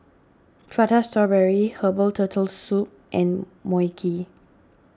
Prata Strawberry Herbal Turtle Soup and Mui Kee